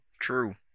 true